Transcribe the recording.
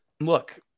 Look